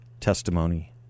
testimony